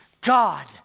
God